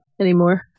anymore